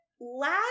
last